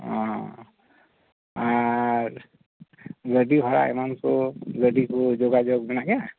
ᱚ ᱟᱨ ᱜᱟᱹᱰᱤ ᱵᱷᱟᱲᱟ ᱮᱢᱟᱱ ᱠᱚ ᱜᱟᱹᱰᱤ ᱠᱚ ᱡᱚᱜᱟᱡᱳᱜᱽ ᱢᱮᱱᱟᱜ ᱜᱮᱭᱟ